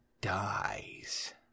dies